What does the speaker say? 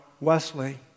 Wesley